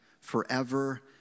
forever